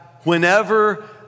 whenever